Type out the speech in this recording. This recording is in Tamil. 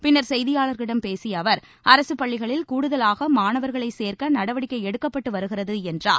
பின்னர் செய்தியாளர்களிடம் பேசிய அவர் அரசுப் பள்ளிகளில் கூடுதலாக மாணவர்களை சேர்க்க நடவடிக்கை எடுக்கப்பட்டு வருகிறது என்றார்